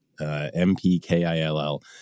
M-P-K-I-L-L